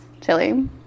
Chili